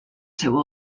seu